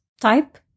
type